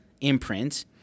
imprint